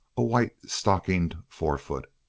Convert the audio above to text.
a white-stockinged forefoot.